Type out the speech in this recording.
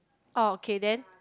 orh K then